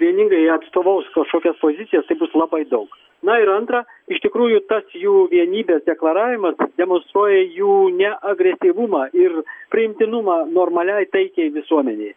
vieningai atstovaus kažkokias pozicijas tai bus labai daug na ir antra iš tikrųjų tas jų vienybės deklaravimas demonstruoja jų ne agresyvumą ir priimtinumą normaliai taikiai visuomenei